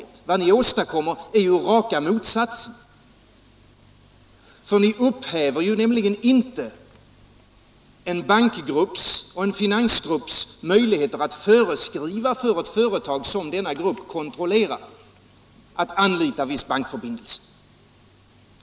Vad ni åstadkommer är raka motsatsen. Ni upphäver nämligen inte en bankgrupps och en finansgrupps möjligheter att fö reskriva att ett företag, som denna grupp kontrollerar, skall anlita viss bankförbindelse.